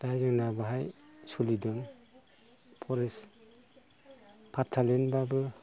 दा जोंना बोवहाय सोलिदों फरेस्ट फाथा लेन्डबाबो